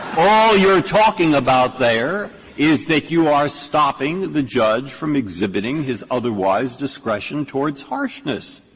all you're talking about there is that you are stopping the judge from exhibiting his otherwise discretion towards harshness,